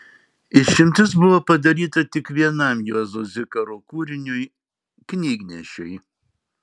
išimtis buvo padaryta tik vienam juozo zikaro kūriniui knygnešiui